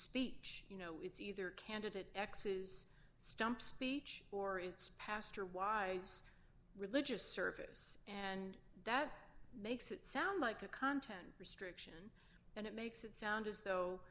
speech you know it's either candidate x s stump speech or it's pastor wives religious service and that makes it sound like a content restriction and it makes it sound